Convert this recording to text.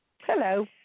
Hello